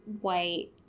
white